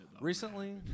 Recently